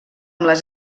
les